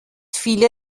viele